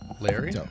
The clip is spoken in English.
Larry